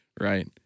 Right